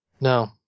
No